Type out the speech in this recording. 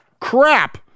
crap